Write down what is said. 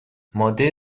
ماده